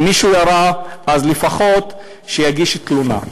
אם מישהו ירה, אז לפחות שיגיש תלונה.